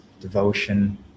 devotion